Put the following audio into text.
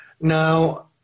Now